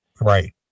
Right